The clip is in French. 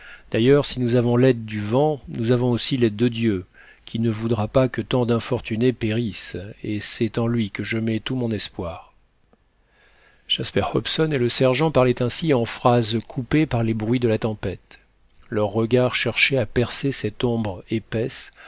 d'ailleurs si nous avons l'aide du vent nous avons aussi l'aide de dieu qui ne voudra pas que tant d'infortunés périssent et c'est en lui que je mets tout mon espoir jasper hobson et le sergent parlaient ainsi en phrases coupées par les bruits de la tempête leurs regards cherchaient à percer cette ombre épaisse